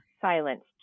silenced